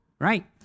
right